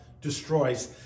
destroys